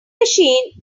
machine